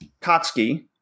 Kotsky